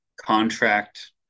contract